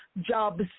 jobs